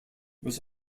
was